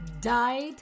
died